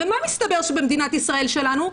מה מסתבר שקורה במדינת ישראל שלנו?